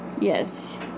Yes